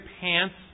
pants